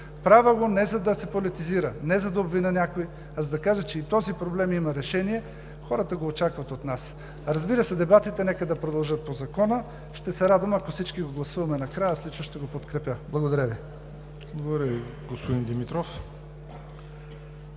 Правя го не за да се политизира, не за да обвиня някой, а за да кажа, че и този проблем има решение. Хората го очакват от нас. Разбира се, дебатите по Закона нека да продължат. Ще се радвам, ако всички го гласуваме накрая. Аз лично ще го подкрепя. Благодаря Ви.